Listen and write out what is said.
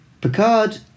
Picard